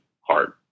hard